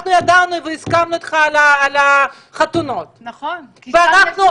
אנחנו ידענו והסכמנו איתך על החתונות ואנחנו